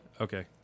Okay